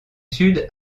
sud